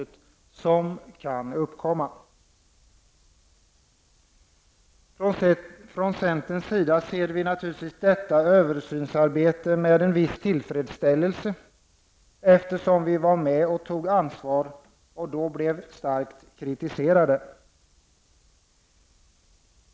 Från centerns sida ser vi detta översynsarbete med viss tillfredsställelse, eftersom vi var med och tog ansvar och då blev starkt kritiserade.